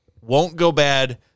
won't-go-bad